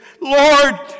Lord